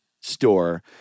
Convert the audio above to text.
store